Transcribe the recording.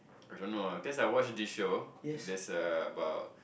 I don't know lah cause I watch this show is about